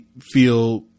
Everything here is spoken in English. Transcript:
feel